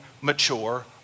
mature